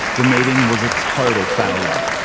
the meeting was a total failure.